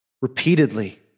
repeatedly